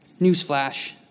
Newsflash